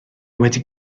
wedi